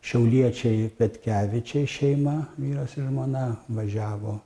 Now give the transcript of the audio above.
šiauliečiai petkevičiai šeima vyras ir žmona važiavo